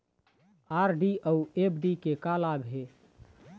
RD अऊ FD के का लाभ हे?